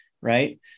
right